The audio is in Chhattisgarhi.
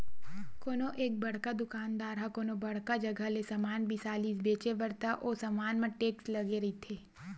कोनो एक बड़का दुकानदार ह कोनो बड़का जघा ले समान बिसा लिस बेंचे बर त ओ समान म टेक्स लगे रहिथे